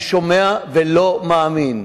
אני שומע ולא מאמין.